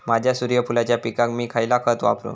माझ्या सूर्यफुलाच्या पिकाक मी खयला खत वापरू?